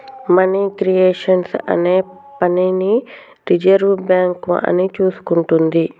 money creation అనే పనిని reserve bank అని చూసుకుంటాది